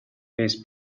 his